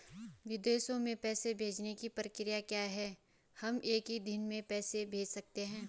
विदेशों में पैसे भेजने की प्रक्रिया क्या है हम एक ही दिन में पैसे भेज सकते हैं?